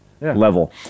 level